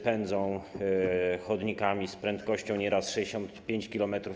pędzą chodnikami z prędkością nieraz 65 km/h.